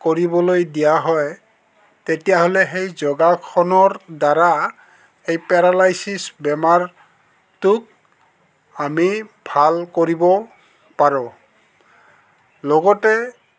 কৰিবলৈ দিয়া হয় তেতিয়াহ'লে সেই যোগাসনৰ দ্বাৰা এই পেৰালাইচিছ বেমাৰটোক আমি ভাল কৰিব পাৰোঁ লগতে